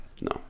no